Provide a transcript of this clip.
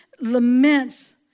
laments